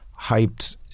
hyped